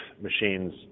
machines